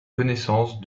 connaissance